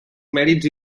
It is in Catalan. mèrits